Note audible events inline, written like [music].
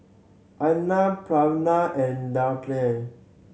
Arnab Pranav and [unintelligible]